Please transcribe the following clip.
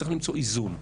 צריך למצוא איזון,